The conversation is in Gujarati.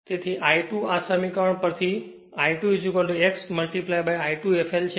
તેથી I2 આ સમીકરણ પરથી I2 x I2 fl છે